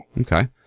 Okay